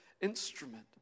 instrument